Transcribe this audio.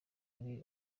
ari